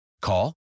Call